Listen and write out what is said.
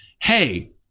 hey